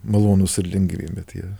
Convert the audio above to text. malonūs ir lengvi bet jie